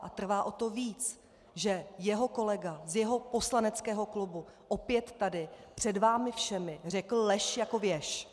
A trvá o to víc, že jeho kolega z jeho poslaneckého klubu opět tady před vámi všemi řekl lež jako věž.